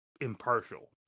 impartial